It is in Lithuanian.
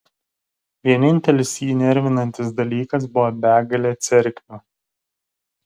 vienintelis jį nervinantis dalykas buvo begalė cerkvių